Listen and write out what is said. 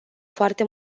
foarte